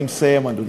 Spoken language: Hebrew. אני מסיים, אדוני.